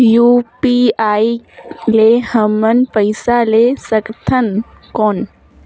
UPI ले हमन पइसा ले सकथन कौन?